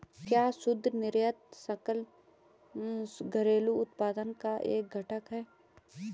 क्या शुद्ध निर्यात सकल घरेलू उत्पाद का एक घटक है?